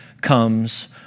comes